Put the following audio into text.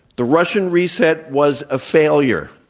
the russian reset was a failure,